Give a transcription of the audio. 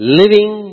living